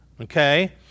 Okay